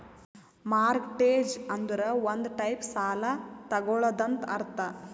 mortgage ಅಂದುರ್ ಒಂದ್ type ಸಾಲ ತಗೊಳದಂತ್ ಅರ್ಥ